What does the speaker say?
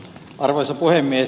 arvoisa puhemies